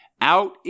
Out